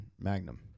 Magnum